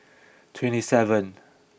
twenty seven